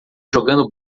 jogando